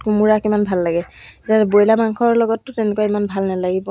order লৈছিলোঁ লাহে লাহে অৰ্ডাৰ লৈ মই সেইবিলাক